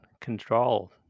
control